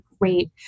great